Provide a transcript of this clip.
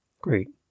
Great